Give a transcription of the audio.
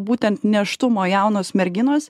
būtent nėštumo jaunos merginos